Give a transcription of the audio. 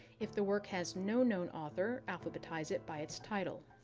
if the work has no known author, alphabetize it by its title.